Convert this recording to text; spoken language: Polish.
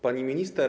Pani Minister!